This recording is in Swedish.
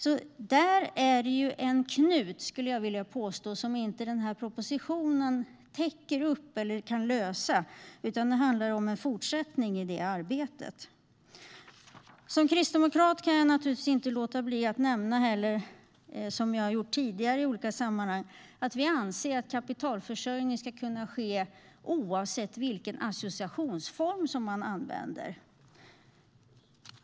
Jag vill påstå att det är en knut som inte täcks av eller kan lösas med hjälp av den här propositionen, utan det handlar om en fortsättning av det arbetet. Som kristdemokrat kan jag inte låta bli att nämna, vilket jag har gjort tidigare i olika sammanhang, att vi anser att kapitalförsörjning ska kunna ske oavsett vilken associationsform man använder.